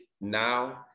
now